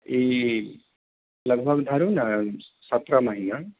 ई लगभग धरु ने सत्रह महीना